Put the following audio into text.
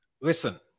Listen